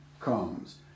comes